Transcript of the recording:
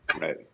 Right